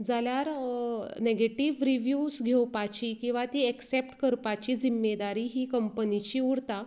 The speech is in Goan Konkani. जाल्यार नॅगेटीव रिव्हीव्स घेवपाची किंवां ती एक्सेप्ट करपाची जिम्मेदारी ही कंम्पनीची उरता